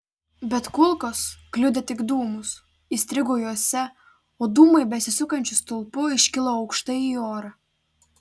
bet kulkos kliudė tik dūmus įstrigo juose o dūmai besisukančiu stulpu iškilo aukštai į orą